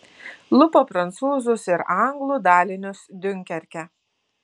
lupa prancūzus ir anglų dalinius diunkerke